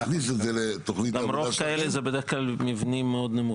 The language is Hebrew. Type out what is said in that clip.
להכניס את זה לתוכנית העבודה --- המבנים האלה בדרך כלל מאוד נמוכים,